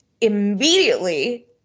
immediately